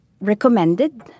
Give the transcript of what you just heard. recommended